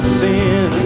sin